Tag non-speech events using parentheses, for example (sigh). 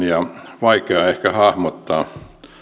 (unintelligible) ja ehkä vaikea hahmottaa